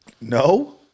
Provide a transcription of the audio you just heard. No